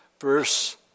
verse